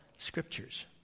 scriptures